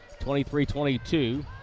23-22